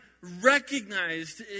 recognized